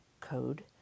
code